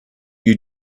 you